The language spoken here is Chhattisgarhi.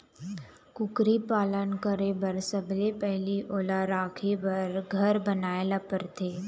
कुकरी पालन करे बर सबले पहिली ओला राखे बर घर बनाए ल परथे